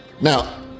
Now